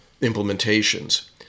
implementations